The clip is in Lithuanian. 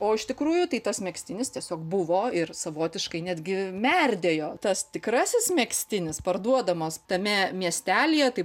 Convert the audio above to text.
o iš tikrųjų tai tas megztinis tiesiog buvo ir savotiškai netgi merdėjo tas tikrasis megztinis parduodamas tame miestelyje tai